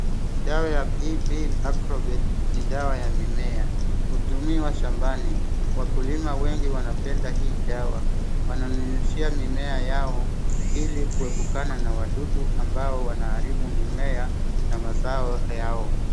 Dawa ya HB Arorwet ni dawa ya mimea, hutumiwa shambani. Wakulima wengi wanapenda hii dawa. Wananyunyizia mimea yao ili kuepukana na wadudu ambao wanaharibu mimea na mazao yao.